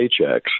paychecks